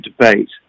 debate